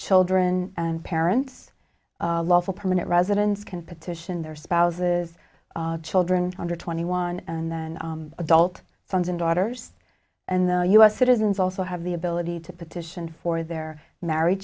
children and parents lawful permanent residents can petition their spouses children under twenty one and then adult sons and daughters and the u s citizens also have the ability to petition for their marri